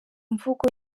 mvugo